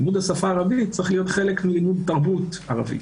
לימוד השפה הערבית צריך להיות חלק מלימוד תרבות ערבית.